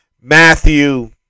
Matthew